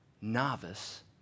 novice